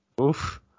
oof